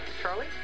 Charlie